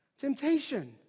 Temptation